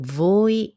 voi